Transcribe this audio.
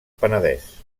penedès